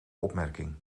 opmerking